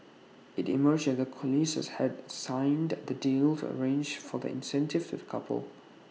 IT emerged that colliers had signed that the deal arrange for the incentive to the couple